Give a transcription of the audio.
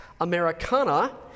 Americana